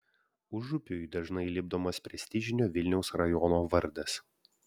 užupiui dažnai lipdomas prestižinio vilniaus rajono vardas